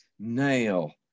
Nail